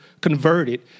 converted